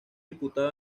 diputado